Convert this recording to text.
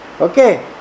Okay